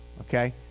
okay